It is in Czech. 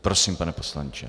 Prosím, pane poslanče.